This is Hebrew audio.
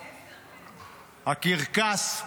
הקרקס,